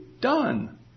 done